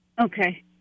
Okay